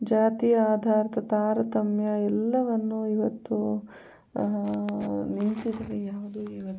ಜಾತಿ ಆಧಾರದ ತಾರತಮ್ಯ ಎಲ್ಲವನ್ನು ಇವತ್ತು ನಿಂತಿದೆ ಯಾವುದೂ ಇವತ್ತು